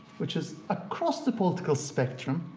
which is across the political spectrum.